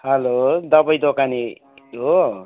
hello दवाई दोकाने हो